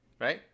right